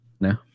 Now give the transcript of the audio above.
No